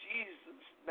Jesus